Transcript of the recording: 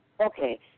Okay